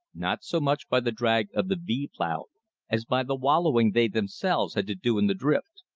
not so much by the drag of the v plow as by the wallowing they themselves had to do in the drift.